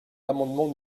l’amendement